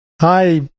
Hi